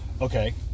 Okay